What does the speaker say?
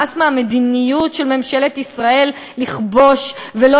מאס במדיניות של ממשלת ישראל לכבוש ולא